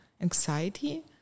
anxiety